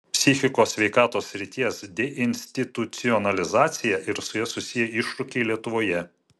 psichikos sveikatos srities deinstitucionalizacija ir su ja susiję iššūkiai lietuvoje